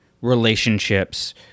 relationships